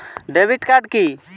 Debit card কি?